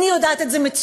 אני יודעת את זה מצוין,